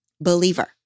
believer